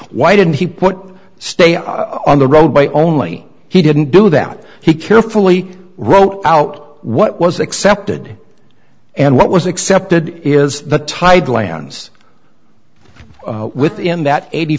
why didn't he point stay out on the road by only he didn't do that he carefully wrote out what was accepted and what was accepted is the tide lands within that eighty